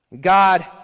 God